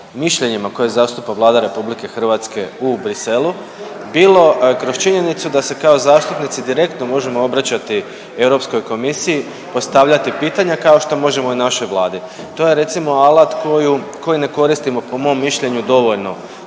mišljenjima koje zastupa Vlada RH u Bruxellesu, bilo kroz činjenicu da se kao zastupnici direktno možemo obraćati Europskoj komisiji, postavljati pitanja kao što možemo i našoj vladi. To je recimo alati koju, koji ne koristimo po mom mišljenju dovoljno